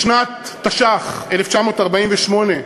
בשנת תש"ח, 1948,